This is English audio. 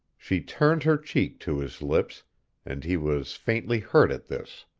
she turned her cheek to his lips and he was faintly hurt at this.